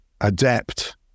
adept